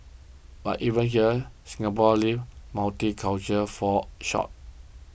but even here Singapore's lived multicultural falls short